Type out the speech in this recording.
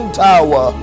tower